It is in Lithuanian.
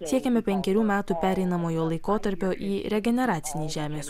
siekiame penkerių metų pereinamojo laikotarpio į regeneracinį žemės